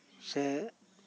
ᱥᱮ